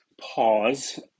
pause